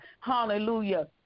Hallelujah